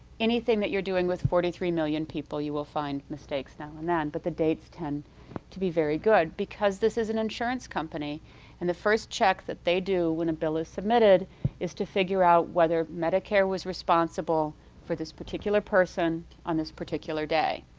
anything that you're doing with forty three million people you will find mistakes now and then, but the dates tend to be very good because this is an insurance company and the first check that they do when a bill is submitted is to figure out whether medicare was responsible for this particular person on this particular day.